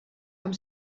amb